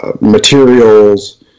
Materials